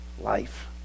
life